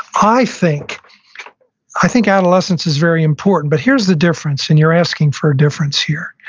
i think i think adolescence is very important, but here's the difference, and you're asking for difference here.